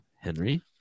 Henry